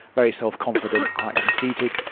very self-confident, quite conceited.